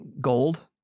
Gold